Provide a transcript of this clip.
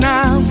Now